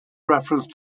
reference